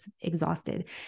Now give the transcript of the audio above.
exhausted